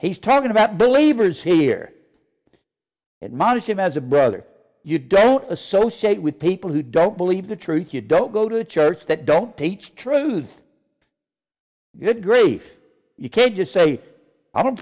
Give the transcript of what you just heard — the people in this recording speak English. he's talking about believers here and modish him as a brother you don't associate with people who don't believe the truth you don't go to a church that don't teach truth good grief you can't just say i don't